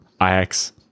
Ix